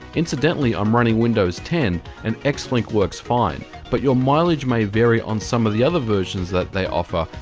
incidentally, i'm running windows ten and xlink works fine. but your mileage may vary on some of the other versions that they offer.